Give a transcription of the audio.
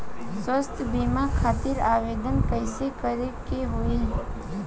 स्वास्थ्य बीमा खातिर आवेदन कइसे करे के होई?